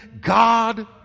God